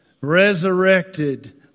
resurrected